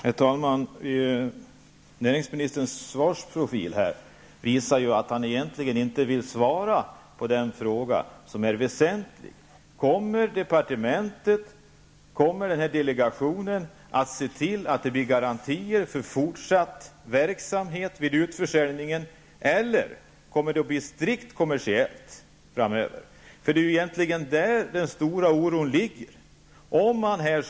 Herr talman! Näringsministerns svarsprofil visar att han egentligen inte vill svara på den fråga som är väsentlig: Kommer departementet eller delegationen att se till att det skapas garantier för fortsatt verksamhet även efter en utförsäljning eller kommer det att bli strikt kommersiellt framöver? Det är ju där den stora oron ligger.